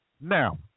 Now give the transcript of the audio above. Now